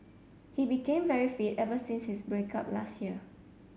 he became very fit ever since his break up last year